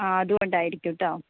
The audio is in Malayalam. ആ അതുകൊണ്ടായിരിക്കും കേട്ടോ